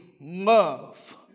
love